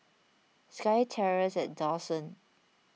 SkyTerrace at Dawson